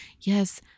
Yes